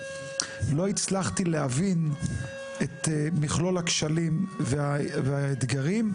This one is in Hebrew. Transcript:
לא הצלחתי להבין את מכלול הכשלים והאתגרים.